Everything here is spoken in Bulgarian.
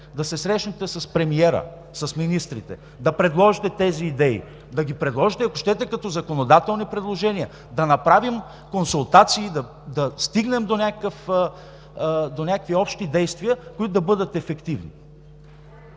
да се срещнете с премиера, с министрите, да предложите тези идеи, да ги предложите, ако щете, като законодателни предложения, да направим консултации, да стигнем до някакви общи действия, които да бъдат ефективни.